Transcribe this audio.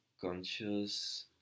conscious